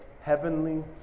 Heavenly